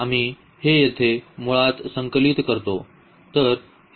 आम्ही हे येथे मुळात संकलित करतो